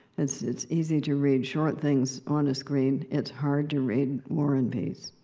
it's it's easy to read short things on a screen it's hard to read war and peace.